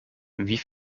wie